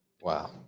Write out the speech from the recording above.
Wow